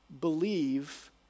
believe